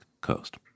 coast